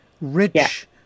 rich